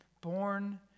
born